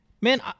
man